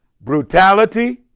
brutality